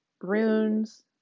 runes